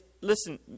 listen